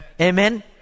Amen